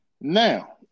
Now